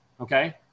Okay